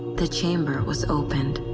the chamber was opened.